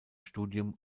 studium